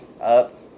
up